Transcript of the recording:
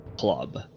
club